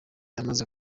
yamaze